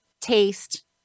taste